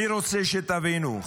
אני רוצה שתבינו,